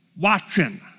watching